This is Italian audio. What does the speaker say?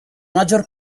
maggior